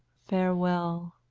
farewell!